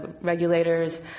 regulators